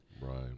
right